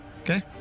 Okay